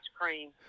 cream